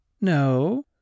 No